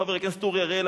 חבר הכנסת אורי אריאל,